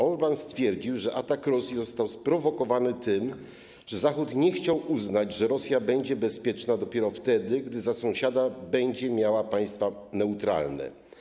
Orbán stwierdził, że atak Rosji został sprowokowany tym, że Zachód nie chciał uznać, że Rosja będzie bezpieczna dopiero wtedy, gdy za sąsiadów będzie miała państwa neutralne.